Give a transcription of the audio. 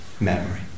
memory